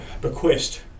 bequest